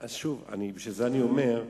אז שוב, לכן אני אומר,